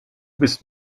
bist